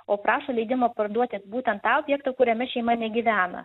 o prašo leidimo parduoti būtent tą objektą kuriame šeima negyvena